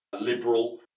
liberal